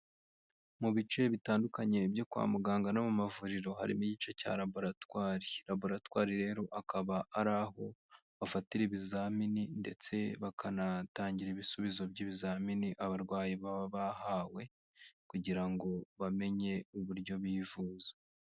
Mu bice bitandukanye byo kwa muganga no mu mavuriro harimo igice cya laboratwari, laboratwari rero akaba ari aho bafatira ibizamini ndetse bakanahatangira ibisubizo by'ibizamini abarwayi baba bahawe kugira ngo bamenye uburyo bivuza.